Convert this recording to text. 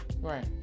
Right